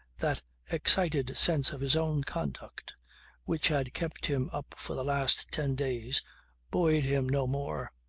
that excited sense of his own conduct which had kept him up for the last ten days buoyed him no more.